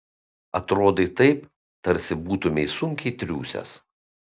atrodai taip tarsi būtumei sunkiai triūsęs